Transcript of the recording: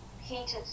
heated